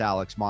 Alex